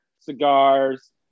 cigars